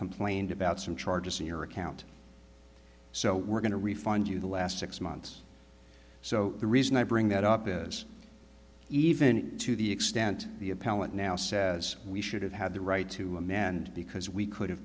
complained about some charges in your account so we're going to refund you the last six months so the reason i bring that up is even to the extent the appellant now says we should have had the right to amend because we could